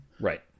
right